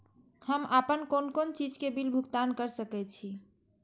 हम आपन कोन कोन चीज के बिल भुगतान कर सके छी?